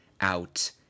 out